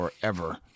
forever